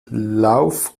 lauf